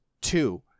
Two